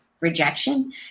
rejection